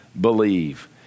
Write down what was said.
believe